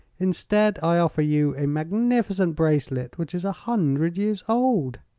instead, i offer you a magnificent bracelet which is a hundred years old.